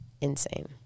Insane